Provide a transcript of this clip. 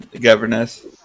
Governess